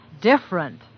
different